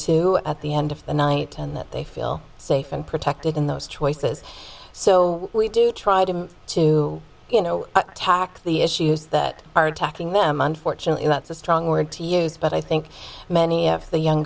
to at the end of the night and that they feel safe and protected in those choices so we do try to to you know attack the issues that are attacking them unfortunately that's a strong word to use but i think many of the young